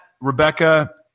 Rebecca